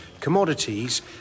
commodities